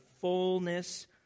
fullness